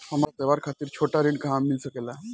हमरा त्योहार खातिर छोटा ऋण कहवा मिल सकेला?